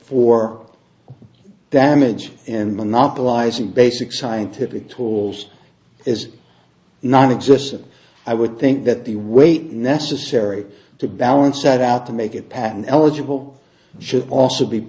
for damage and monopolizing basic scientific tools is nonexistent i would think that the weight necessary to balance that out to make it pattern eligible should also be